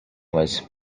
was